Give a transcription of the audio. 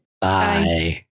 Bye